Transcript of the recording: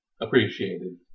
appreciated